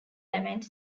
lament